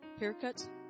haircuts